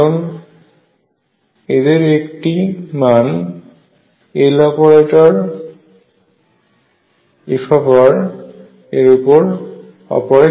কারণ এদের একটি মান Loperator f এর উপরে অপরেট করবে